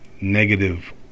negative